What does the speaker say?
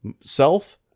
self